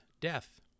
Death